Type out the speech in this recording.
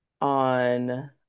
on